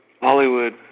Hollywood